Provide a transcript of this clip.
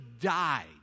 died